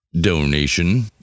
donation